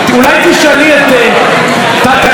אולי תשאלי את תת-אלוף,